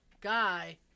guy